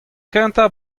kentañ